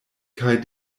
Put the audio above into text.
kaj